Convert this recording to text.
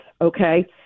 okay